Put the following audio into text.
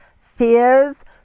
fears